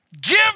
give